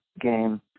game